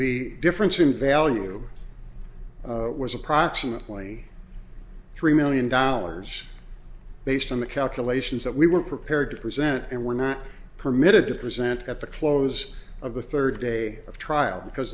the difference in value was approximately three million dollars based on the calculations that we were prepared to present and were not permitted to present at the close of the third day of trial because